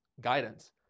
guidance